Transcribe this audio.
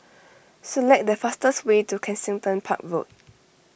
select the fastest way to Kensington Park Road